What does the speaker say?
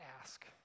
ask